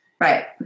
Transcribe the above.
Right